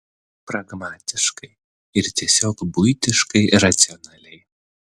pragmatiškai ir tiesiog buitiškai racionaliai